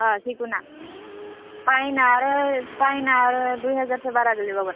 सिगुना पाइना आरो पाइना दुइ हाजारसो बारा गोग्लैबावगोन